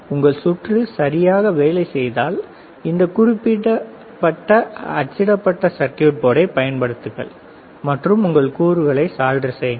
உங்கள் சுற்று சரியாக வேலை செய்தால் இந்த குறிப்பிட்ட அச்சிடப்பட்ட சர்க்யூட் போர்டைப் பயன்படுத்துங்கள் மற்றும் உங்கள் கூறுகளை சாலிடர் செய்யுங்கள்